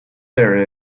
there